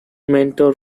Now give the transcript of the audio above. mentor